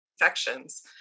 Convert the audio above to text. infections